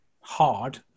hard